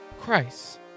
Christ